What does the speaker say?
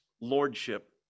lordship